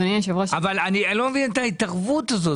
אבל אני לא מבין את ההתערבות הזאת.